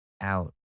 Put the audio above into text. out